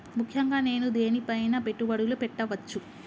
ముఖ్యంగా నేను దేని పైనా పెట్టుబడులు పెట్టవచ్చు?